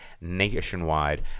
nationwide